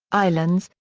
islands,